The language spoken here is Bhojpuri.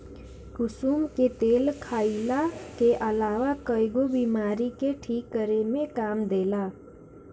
कुसुम के तेल खाईला के अलावा कईगो बीमारी के ठीक करे में काम देला